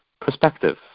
perspective